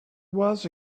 was